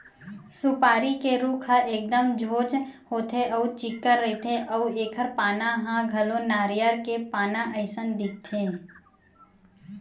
सुपारी के रूख ह एकदम सोझ होथे अउ चिक्कन रहिथे अउ एखर पाना ह घलो नरियर के पाना असन दिखथे